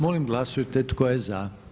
Molim glasujte, tko je za?